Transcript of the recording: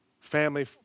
Family